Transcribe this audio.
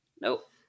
nope